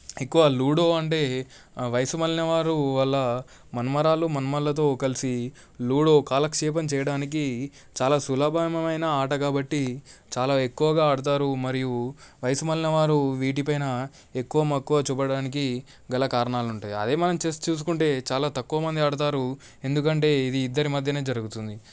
ఎక్కువ లూడో అంటే వయసు మళ్ళిన వారు వాళ్ళ మనుమరాళ్ళు మనమళ్ళతో కలిసి లూడో కాలక్షేపం చేయడానికి చాలా సులభమైన ఆట కాబట్టి చాలా ఎక్కువగా ఆడతారు మరియు వయసు మళ్ళిన వారు వీటిపైన ఎక్కువ మక్కువ చూపటానికి గల కారణాలు ఉంటాయి అదే మనం చెస్ చూసుకుంటే చాలా తక్కువ మంది ఆడుతారు ఎందుకంటే ఇది ఇద్దరి మధ్యనే జరుగుతుంది